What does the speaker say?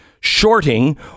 shorting